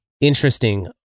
interesting